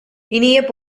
இனிய